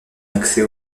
accès